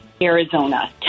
Arizona